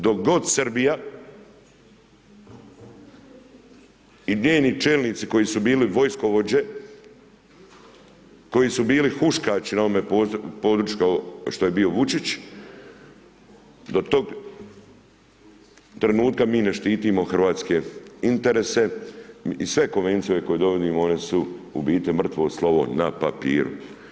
Dok god Srbija, i njeni čelnici koji su bili vojskovođe, koji su bili huskači, na ovome području, kao što je bio Vučić, do tog trenutka mi ne štitimo hrvatske interese i sve konvencije, ove koje dovodimo, one su u biti mrtvo slovo na papiru.